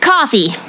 Coffee